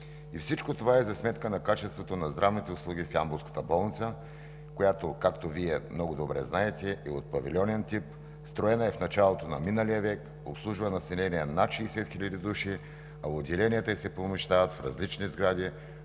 И всичко това е за сметка на качеството на здравните услуги в ямболската болница, която, както Вие много добре знаете, е от павилионен тип, строена е в началото на миналия век, обслужва население над 60 хил. души, а отделенията ѝ се помещават в различни сгради,